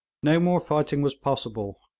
no more fighting was possible.